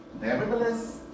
nevertheless